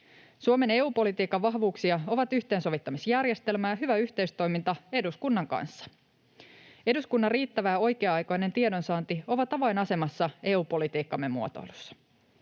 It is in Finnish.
Suomen EU-politiikan vahvuuksia ovat yhteensovittamisjärjestelmä ja hyvä yhteistoiminta eduskunnan kanssa. Eduskunnan riittävä ja oikea-aikainen tiedonsaanti on avainasemassa EU-politiikkamme muotoilussa.